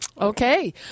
Okay